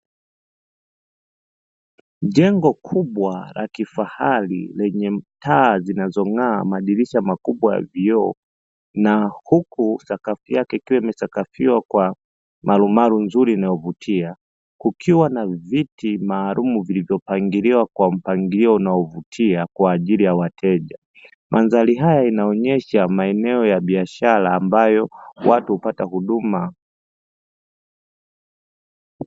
Jengo kubwa la kifahari lenye taa zinazong'aa, madirisha makubwa ya vioo, na huku sakafu yake ikiwa imesakafiwa kwa marumaru nzuri inayovutia. Kukiwa na viti maalumu vilivyopangiliwa kwa mpangilio unaovutia kwa ajili ya wateja. Mandhari haya inaonyesha maeneo ya biashara ambayo watu hupata huduma.